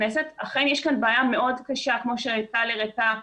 אכן יש כאן בעיה מאוד קשה כמו שטל הראתה,